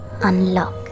unlock